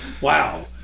Wow